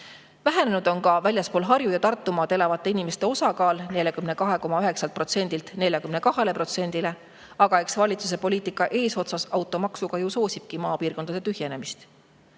Vähenenud on ka väljaspool Harjumaad ja Tartumaad elavate inimeste osakaal – 42,9%‑lt 42%‑le. Aga eks valitsuse poliitika eesotsas automaksuga ju soosibki maapiirkondade tühjenemist.